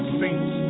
saints